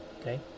Okay